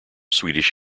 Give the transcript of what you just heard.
swedish